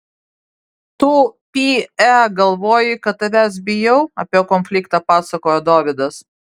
tu py e galvoji kad tavęs bijau apie konfliktą pasakojo dovydas